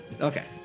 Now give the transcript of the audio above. Okay